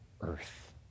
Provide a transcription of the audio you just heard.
earth